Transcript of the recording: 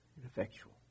ineffectual